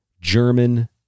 German